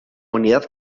unidad